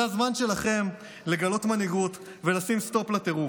זה הזמן שלכם לגלות מנהיגות ולשים סטופ לטירוף.